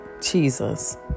Jesus